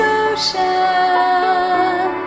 ocean